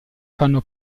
fanno